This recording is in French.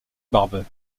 barbe